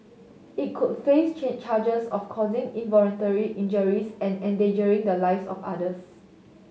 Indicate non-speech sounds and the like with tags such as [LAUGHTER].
it could face [UNINTELLIGIBLE] charges of causing involuntary injuries and endangering the lives of others